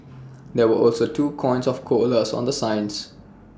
there were also two icons of koalas on the signs